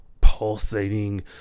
pulsating